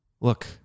Look